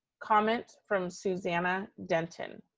comment from susanna denton.